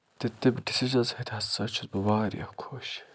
تہٕ تٔمۍ ڈِسیٖجَن سۭتۍ ہسا چھُس بہٕ واریاہ خۄش